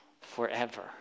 forever